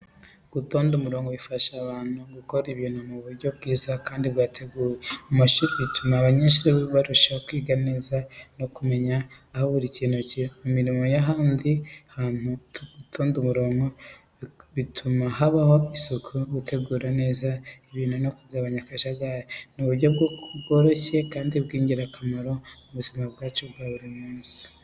Gutonda umurongo bifasha abantu gukora ibintu mu buryo bwiza kandi bwateguwe. Mu mashuri, bituma abanyeshuri barushaho kwiga neza no kumenya aho buri kintu kiri. Mu mirimo n’ahandi hantu, gutonda umurongo bituma habaho isuku, gutegura neza ibintu no kugabanya akajagari. Ni uburyo bworoshye kandi bw’ingirakamaro mu buzima bwa buri munsi.